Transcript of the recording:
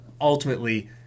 ultimately